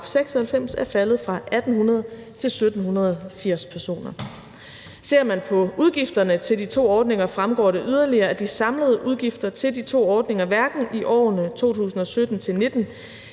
96 er faldet fra 1.800 til 1.780 personer. Ser man på udgifterne til de to ordninger, fremgår det yderligere, at de samlede udgifter til de to ordninger hverken i årene 2017